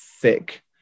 thick